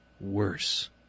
worse